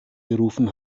gerufen